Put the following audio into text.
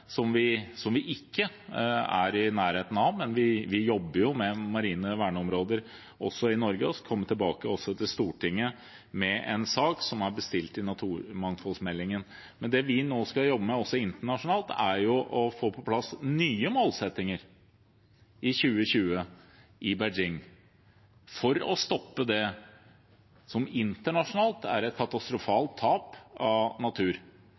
jobber med marine verneområder også i Norge, og vi kommer tilbake til Stortinget med en sak som er bestilt, i naturmangfoldmeldingen. Men det vi nå skal jobbe med også internasjonalt, er å få på plass nye målsettinger, i 2020, i Beijing, for å stoppe det som internasjonalt er et katastrofalt tap av natur.